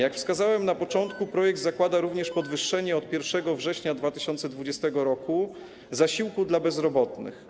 Jak wskazałem na początku, projekt zakłada również podwyższenie od 1 września 2020 r. zasiłku dla bezrobotnych.